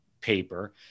paper